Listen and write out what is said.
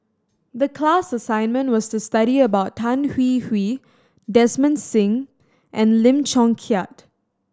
the class assignment was to study about Tan Hwee Hwee Desmond Sim and Lim Chong Keat